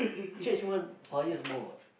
church one choirs more [what]